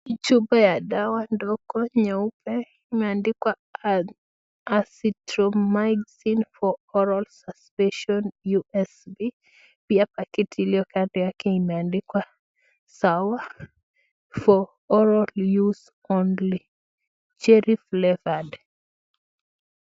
Hii chupa ya dawa ndogo nyeupe imeandikwa Azithromycin for Oral suspension, USP ,pia pakiti iliyo kando yake imeandikwa sawa for oral use only ,cherry flavoured .